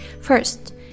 first